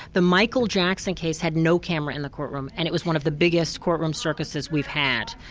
the michael jackson case had no camera in the court room and it was one of the biggest court room circuses we've had.